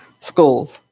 schools